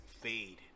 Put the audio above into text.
fade